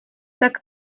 tak